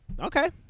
okay